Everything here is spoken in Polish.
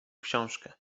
książkę